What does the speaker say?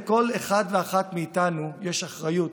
לכל אחד ואחת מאיתנו יש אחריות,